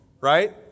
right